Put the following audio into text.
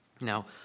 Now